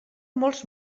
molts